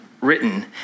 written